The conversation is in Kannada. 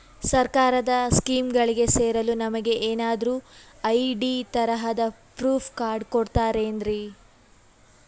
ಸರ್ಕಾರದ ಸ್ಕೀಮ್ಗಳಿಗೆ ಸೇರಲು ನಮಗೆ ಏನಾದ್ರು ಐ.ಡಿ ತರಹದ ಪ್ರೂಫ್ ಕಾರ್ಡ್ ಕೊಡುತ್ತಾರೆನ್ರಿ?